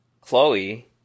Chloe